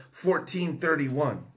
1431